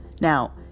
Now